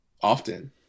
Often